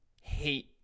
hate